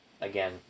again